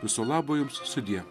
viso labo jums sudie